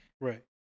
Right